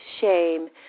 shame